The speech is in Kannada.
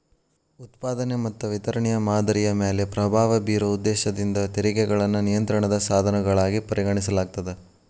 ಉತ್ಪಾದನೆ ಮತ್ತ ವಿತರಣೆಯ ಮಾದರಿಯ ಮ್ಯಾಲೆ ಪ್ರಭಾವ ಬೇರೊ ಉದ್ದೇಶದಿಂದ ತೆರಿಗೆಗಳನ್ನ ನಿಯಂತ್ರಣದ ಸಾಧನಗಳಾಗಿ ಪರಿಗಣಿಸಲಾಗ್ತದ